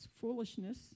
foolishness